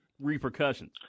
repercussions